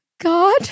God